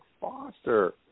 Foster